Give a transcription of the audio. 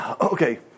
Okay